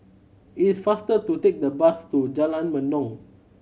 it is faster to take the bus to Jalan Mendong